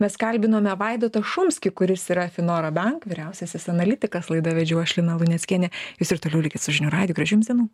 mes kalbinome vaidotą šumskį kuris yra finora bank vyriausiasis analitikas laidą vedžiau aš lina luneckienė jūs ir toliau likit su žinių radiju gražių jums dienų